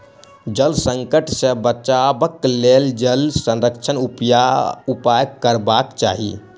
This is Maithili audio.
जल संकट सॅ बचबाक लेल जल संरक्षणक उपाय करबाक चाही